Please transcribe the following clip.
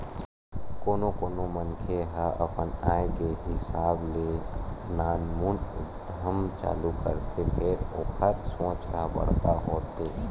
कोनो कोनो मनखे ह अपन आय के हिसाब ले नानमुन उद्यम चालू करथे फेर ओखर सोच ह बड़का होथे